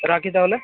রাখি তাহলে